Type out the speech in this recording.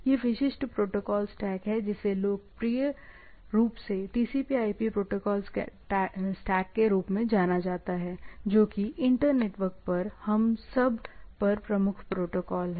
यह विशिष्ट protocol stack है जिसे लोकप्रिय रूप से TCPIP प्रोटोकॉल स्टैक के रूप में जाना जाता है जो कि इंटर नेटवर्क पर इस सब पर प्रमुख प्रोटोकॉल है